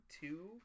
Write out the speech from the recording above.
two